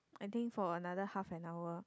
I think for another half an hour